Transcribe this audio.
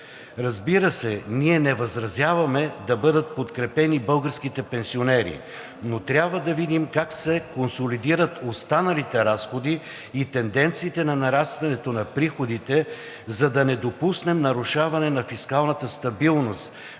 Разбира се, ние не възразяваме да бъдат подкрепени българските пенсионери, но трябва да видим как се консолидират останалите разходи и тенденциите на нарастването на приходите, за да не допуснем нарушаване на фискалната стабилност